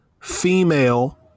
female